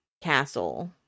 castle